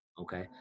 Okay